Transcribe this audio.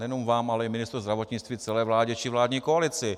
Nejenom vám, ale i ministru zdravotnictví, celé vládě či vládní koalici.